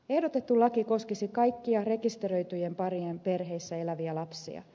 ehdotettu laki koskisi kaikkia rekisteröityjen parien perheissä eläviä lapsia